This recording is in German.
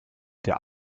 der